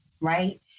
Right